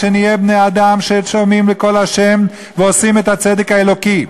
שנהיה בני-אדם ששומעים לקול ה' ועושים את הצדק האלוקי.